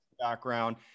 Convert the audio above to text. background